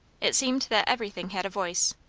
it seemed that everything had a voice.